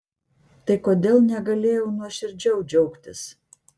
tai kodėl negalėjau nuoširdžiau džiaugtis